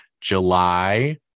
July